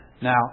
Now